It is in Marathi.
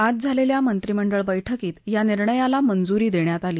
आज झालेल्या मंत्रीमंडळ बैठकीत या निर्णयाला मंजूरी देण्यात आली